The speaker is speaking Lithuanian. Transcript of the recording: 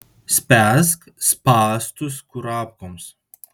spęsk spąstus kurapkoms